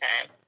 time